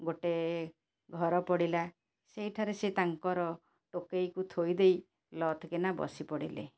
ଗୋଟେ ଘର ପଡ଼ିଲା ସେଇଠାରେ ସେ ତାଙ୍କର ଟୋକେଇକୁ ଥୋଇ ଦେଇ ଲଥ୍କିନା ବସିପଡ଼ିଲେ